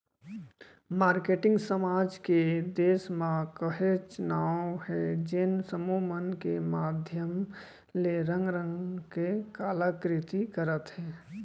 marketing समाज के देस म काहेच नांव हे जेन समूह मन के माधियम ले रंग रंग के कला कृति करत हे